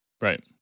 Right